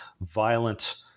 violent